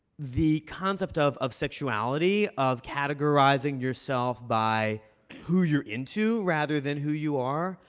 the concept of of sexuality, of categorizing yourself by who you're into rather than who you are,